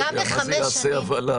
השאלה מה זה יעשה.